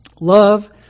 love